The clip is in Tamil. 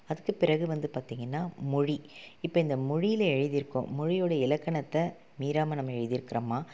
அதுக்கு பிறகு வந்து பார்த்திங்கன்னா மொழி இப்போ இந்த மொழியில் எழுதியிருக்கோம் மொழியோட இலக்கணத்தை மீறாமல் நம்ம எழுதிருக்குறோமா